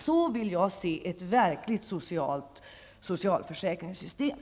Så vill jag se ett verkligt socialt socialförsäkringssystem.